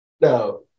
No